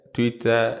Twitter